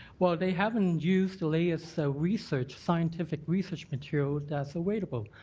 well, they haven't used the latest so research, scientific research, material that's available.